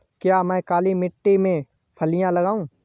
क्या मैं काली मिट्टी में फलियां लगाऊँ?